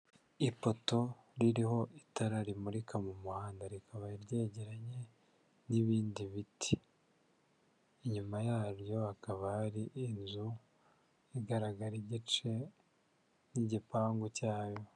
Ipoto ririho itara rimurika mu muhanda rikaba ryegeranye n'ibindi biti, inyuma yaryo hakaba hari inzu igaragara igice nk'igipangu cyayo.